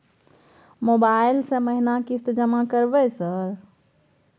Mobile से महीना किस्त जमा करबै सर?